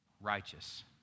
righteous